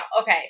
Okay